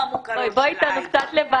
לניירות ערך שהאבולוציה הזאת תתקדם עוד קצת -- לא,